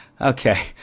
Okay